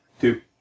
Two